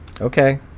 Okay